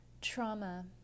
trauma